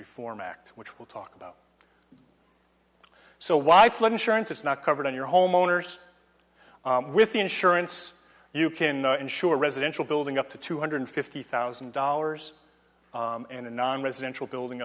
reform act which will talk about so why flood insurance it's not covered on your homeowners with insurance you can insure residential building up to two hundred fifty thousand dollars in a non residential building